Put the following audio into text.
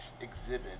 exhibit